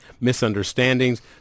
misunderstandings